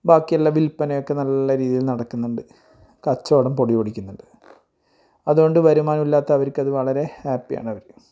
ബാക്കിയെല്ലാ വില്പനയക്കെ നല്ല രീതിയിൽ നടക്കുന്നുണ്ട് കച്ചോടം പൊടിപൊടിക്കുന്നുണ്ട് അതുകൊണ്ട് വരുമാനം ഇല്ലാത്ത അവർക്ക് അത് വളരെ ഹാപ്പിയാണവർ